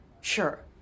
Sure